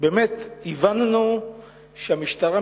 הבנו שהמשטרה,